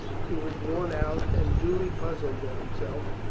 he was worn out and dully puzzled at himself,